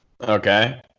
Okay